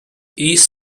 east